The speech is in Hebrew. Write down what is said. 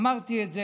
אמרתי את זה.